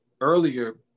earlier